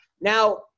Now